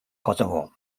kosovo